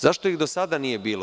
Zašto ih do sada nije bilo?